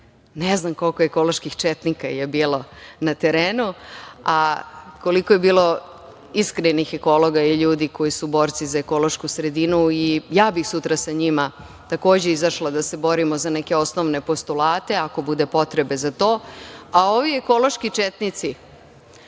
Ne znam koliko „ekoloških četnika“ je bilo na terenu, a koliko je bilo iskrenih ekologa i ljudi koji su borci za ekološku sredinu. Sutra bih ja sa njima takođe izašla da se borimo za neke osnovne postulate, ako bude potrebe za tim, a ovi „ekološki četnici“,